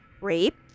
rape